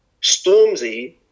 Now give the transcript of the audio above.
stormzy